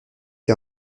est